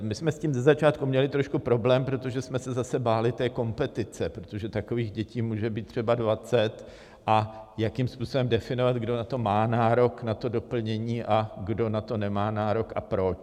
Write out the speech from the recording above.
My jsme s tím ze začátku měli trošku problém, protože jsme se zase báli té kompetice, protože takových dětí může být třeba 20, a jakým způsobem definovat, kdo na to má nárok, na to doplnění, kdo na to nemá nárok a proč.